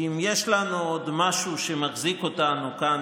כי אם יש לנו עוד משהו שמחזיק אותנו כאן